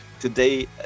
today